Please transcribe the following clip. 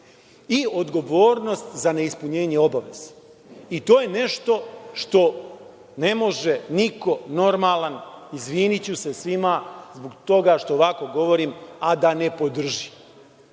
i odgovornost za neispunjenje obaveze. I to je nešto što ne može niko normalan, izviniću se svima zbog toga što ovako govorim, a da ne podrži. Ukoliko